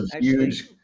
huge